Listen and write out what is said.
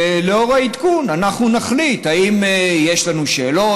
ולאור העדכון אנחנו נחליט אם יש לנו שאלות,